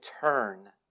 turn